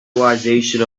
realization